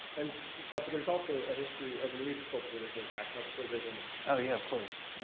and ah but there's also a history of relief sculpture that goes back much further than oh, yeah, of course,